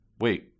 Wait